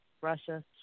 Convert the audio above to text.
Russia